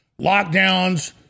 lockdowns